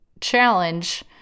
challenge